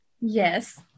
Yes